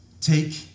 Take